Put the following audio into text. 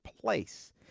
place